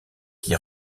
qui